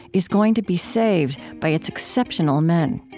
is going to be saved by its exceptional men.